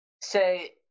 say